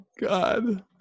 god